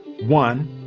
One